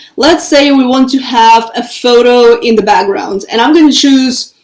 let's say we want to have a photo in the background and i'm going to choose,